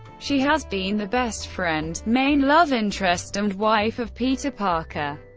she has been the best friend, main love interest and wife of peter parker,